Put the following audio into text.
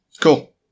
Cool